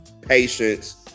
patience